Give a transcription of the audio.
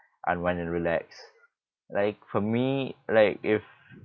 unwind and relax like for me like if